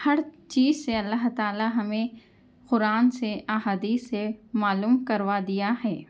ہر چیز سے اللّہ تعالیٰ ہمیں قرآن سے احادیث سے معلوم کروا دیا ہے